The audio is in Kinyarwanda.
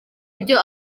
ibyo